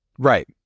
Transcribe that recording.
Right